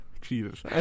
jesus